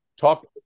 talk